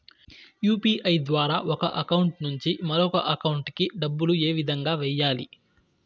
UPI ద్వారా ఒక account నుంచి మరొక అకౌంట్ కి డబ్బులు ఏ విధంగా వెయ్యాలి